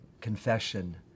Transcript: confession